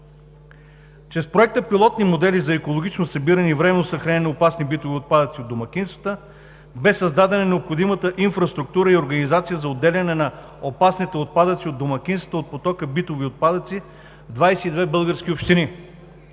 Чрез Проекта „Пилотни модели за екологосъобразно събиране и временно съхранение на опасни битови отпадъци“ от домакинствата бе създадена необходимата инфраструктура и организация за отделяне на опасните отпадъци от домакинствата от потока битови отпадъци в 22 български общини.